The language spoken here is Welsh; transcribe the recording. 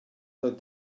doedd